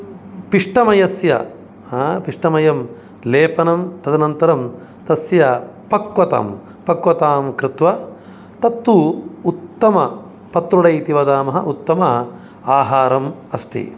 पिष्ठमयस्य पिष्ठमयं लेपनं तदनन्तरं तस्य पक्वतां पक्वतां कृत्वा तत्तु उत्तम पत्रोडे इति वदामः उत्तम आहारम् अस्ति